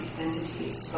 entities